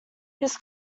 his